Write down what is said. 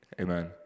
Amen